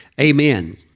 amen